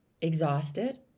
exhausted